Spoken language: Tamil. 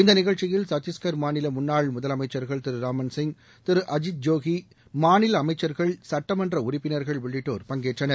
இந்த நிகழ்ச்சியில் சத்தீஸ்கர் மாநில முன்னாள் முதலமைச்சர்கள் திரு ராமன் சிங் திரு அஜித் ஜோகி மாநில அமைச்சர்கள் சட்டமன்ற உறுப்பினர்கள் உள்ளிட்டோர் பங்கேற்றனர்